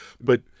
But-